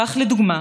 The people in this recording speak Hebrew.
כך לדוגמה,